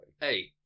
Hey